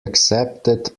accepted